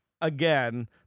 Again